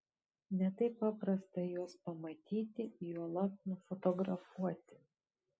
ne taip paprasta juos pamatyti juolab nufotografuoti